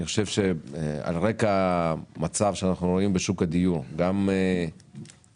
על רקע המצב שאנחנו רואים בשוק הדיור, עליות